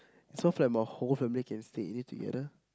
it's so flat my whole family can stay in it together